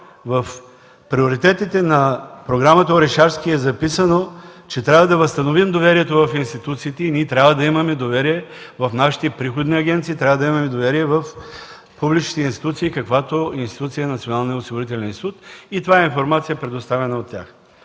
в приоритетите на програмата „Орешарски” е записано, че трябва да възстановим доверието в институциите и трябва да имаме доверие в нашите приходни агенции, трябва да имаме доверие в публичните институции, каквато институция е Националният осигурителен институт. Това е информация, предоставена от него.